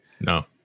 No